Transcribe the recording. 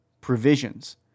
provisions